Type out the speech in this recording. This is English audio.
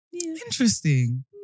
Interesting